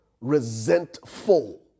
resentful